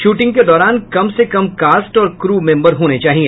shooting के दौरान कम से कम कास्ट और क्रू मेंबर होने चाहिए